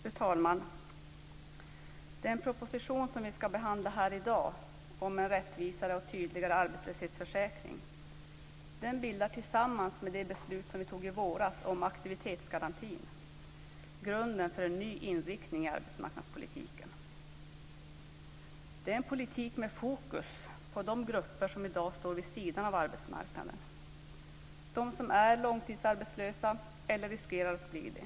Fru talman! Den proposition som vi ska behandla här i dag om en rättvisare och tydligare arbetslöshetsförsäkring bildar tillsammans med det beslut vi fattade i våras om aktivitetsgarantin grunden för en ny inriktning i arbetsmarknadspolitiken. Det är en politik med fokus på de grupper som i dag står vid sidan av arbetsmarknaden. Det är de som är långtidsarbetslösa eller riskerar att bli det.